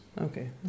Okay